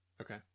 Okay